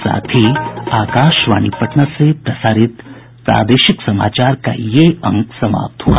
इसके साथ ही आकाशवाणी पटना से प्रसारित प्रादेशिक समाचार का ये अंक समाप्त हुआ